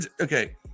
Okay